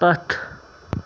پتھ